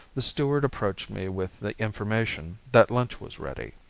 the steward approached me with the information that lunch was ready.